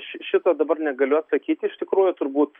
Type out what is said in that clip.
ši šito dabar negaliu atsakyti iš tikrųjų turbūt